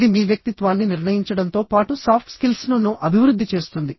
ఇది మీ వ్యక్తిత్వాన్ని నిర్ణయించడంతో పాటు సాఫ్ట్ స్కిల్స్ ను ను అభివృద్ధి చేస్తుంది